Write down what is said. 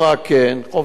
חופש ההפגנה,